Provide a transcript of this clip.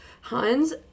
Hans